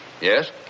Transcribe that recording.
yes